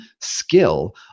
skill